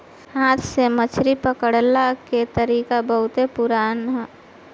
हाथ से मछरी पकड़ला के तरीका बहुते पुरान ह